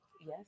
Yes